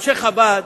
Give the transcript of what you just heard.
אנשי חב"ד,